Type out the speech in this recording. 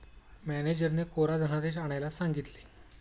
मॅनेजरने कोरा धनादेश आणायला सांगितले